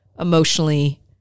emotionally